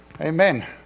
Amen